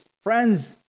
friends